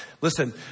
Listen